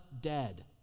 dead